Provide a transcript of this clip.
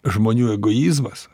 žmonių egoizmas